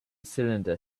cylinder